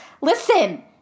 listen